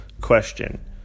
Question